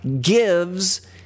gives